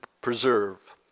preserve